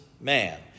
man